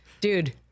Dude